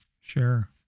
sure